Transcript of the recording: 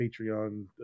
Patreon